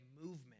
movement